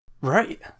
right